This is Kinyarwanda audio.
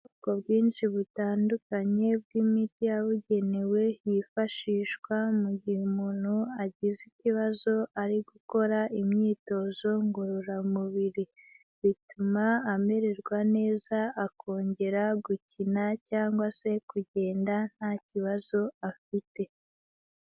Ubwoko bwinshi butandukanye bw'imiti yabugenewe yifashishwa mu gihe umuntu agize ikibazo ari gukora imyitozo ngororamubiri, bituma amererwa neza akongera gukina cyangwa se kugenda nta kibazo afite.